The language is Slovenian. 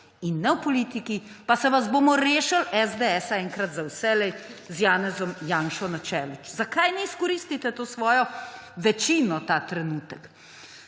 in ne v politiki, pa se vas bomo rešili SDS enkrat za vselej z Janezom Janšo na čelu. Zakaj ne izkoristite to svojo večino ta trenutek?